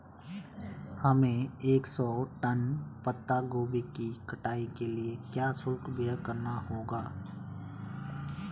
हमें एक सौ टन पत्ता गोभी की कटाई के लिए क्या शुल्क व्यय करना होगा?